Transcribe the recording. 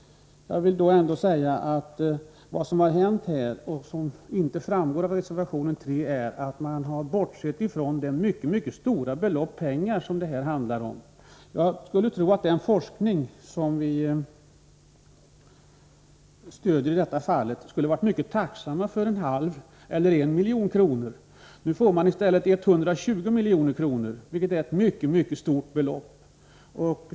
Jag vill ändå säga att vad som har hänt och som inte framgår av reservation 3 är att man har bortsett från att det handlar om ett mycket mycket stort belopp. Jag skulle tro att den forskning som vi stöder i detta fall skulle vara mycket tacksam för 0,5 milj.kr. eller 1 milj.kr. Nu får man i stället 120 milj.kr., vilket är ett mycket mycket stort belopp.